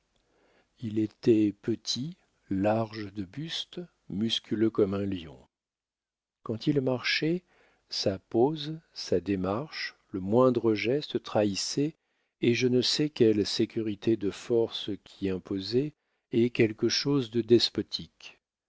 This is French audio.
il était petit large de buste musculeux comme un lion quand il marchait sa pose sa démarche le moindre geste trahissait et je ne sais quelle sécurité de force qui imposait et quelque chose de despotique